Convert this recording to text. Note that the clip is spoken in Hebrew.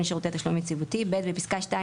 שירותי תשלום יציבותי"; בפסקה (2),